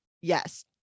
Yes